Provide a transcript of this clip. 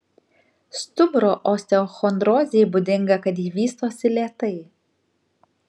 stuburo osteochondrozei būdinga kad ji vystosi lėtai